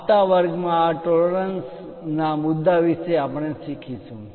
આવતા વર્ગમાં આ ટોલરન્સ પરિમાણ માં માન્ય તફાવત ના મુદ્દા વિશે આપણે શીખીશું